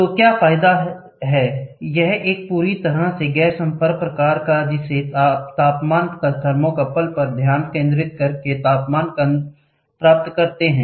तो क्या फायदा है यह एक पूरी तरह से गैर संपर्क प्रकार है जिसे आप तापमान थर्मोकपल पर ध्यान केंद्रित करके तापमान प्राप्त करते हैं